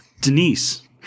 denise